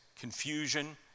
confusion